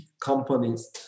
companies